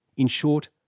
in short,